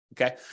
Okay